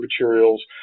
materials